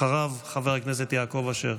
אחריו, חבר הכנסת יעקב אשר.